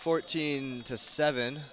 fourteen to seven